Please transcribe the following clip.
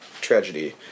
tragedy